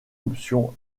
option